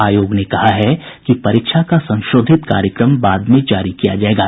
आयोग ने कहा है कि परीक्षा का संशोधित कार्यक्रम बाद में जारी किया जायेगा